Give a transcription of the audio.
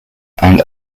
and